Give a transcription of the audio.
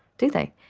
do they?